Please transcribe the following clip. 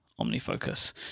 OmniFocus